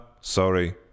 sorry